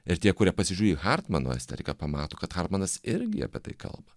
ir tie kurie pasižiūri į hartmano estetiką pamato kad hartmanas irgi apie tai kalba